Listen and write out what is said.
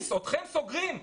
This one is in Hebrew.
אתכם סוגרים?